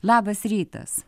labas rytas